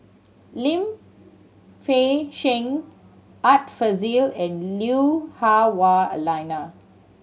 Lim Fei Shen Art Fazil and Lui Hah Wah Elena